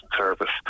service